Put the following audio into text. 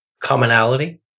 commonality